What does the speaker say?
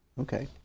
Okay